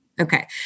Okay